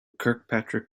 kirkpatrick